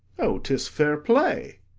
o, tis fair play!